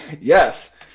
yes